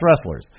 wrestlers